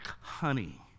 honey